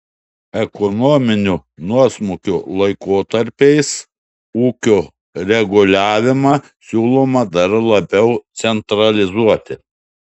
ekonominių nuosmukių laikotarpiais ūkio reguliavimą siūloma dar labiau centralizuoti